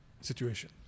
situation